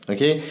Okay